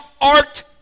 art